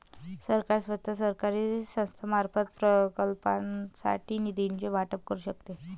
सरकार स्वतः, सरकारी संस्थांमार्फत, प्रकल्पांसाठी निधीचे वाटप करू शकते